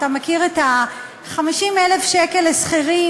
אתה מכיר את "50,000 שקל לשכירים,